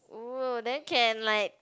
uh then can like